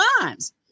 times